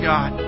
God